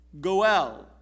Goel